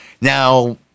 Now